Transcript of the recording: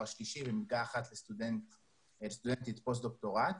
שלישי ומלגה אחת לסטודנטית פוסט דוקטורט,